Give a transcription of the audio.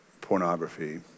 pornography